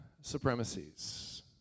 supremacies